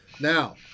Now